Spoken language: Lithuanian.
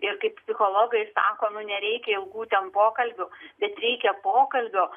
ir kaip psichologai sako nu nereikia ilgų ten pokalbių bet reikia pokalbio